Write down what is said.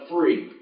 Free